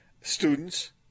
students